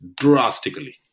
Drastically